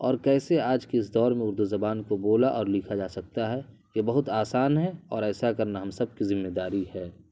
اور کیسے آج کے اس دور میں اردو زبان کو بولا اور لکھا جا سکتا ہے یہ بہت آسان ہے اور ایسا کرنا ہم سب کی ذمہ داری ہے